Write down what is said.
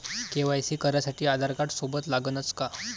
KYC करासाठी आधारकार्ड सोबत लागनच का?